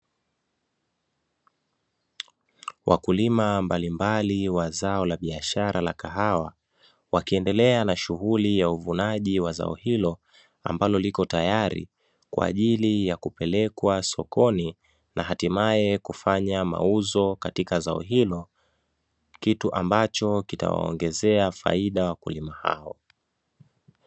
Wakulima mbalimbali wa zao la biashara la kahawa, wakiendelea na shughuli ya uvunaji wa zao hilo ambalo lipo tayari kwa ajili ya kupelekwa sokoni, na hatimaye kufanya mauzo katika zao hilo kitu ambacho kitawaongezea faida wakulima hao.